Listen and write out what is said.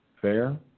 Fair